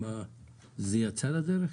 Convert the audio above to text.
זה יצא לדרך?